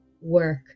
work